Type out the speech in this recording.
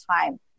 time